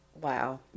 Wow